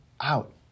out